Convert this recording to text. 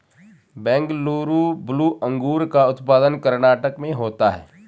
Bengaluru blue अंगूर का उत्पादन कर्नाटक में होता है